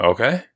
Okay